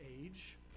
age